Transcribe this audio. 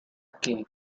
que